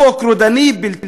בלתי מוסרי,